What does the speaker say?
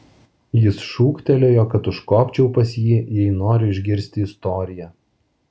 jis šūktelėjo kad užkopčiau pas jį jei noriu išgirsti istoriją